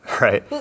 Right